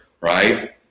right